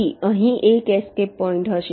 તેથી અહીં એક એસ્કેપ પોઈન્ટ હશે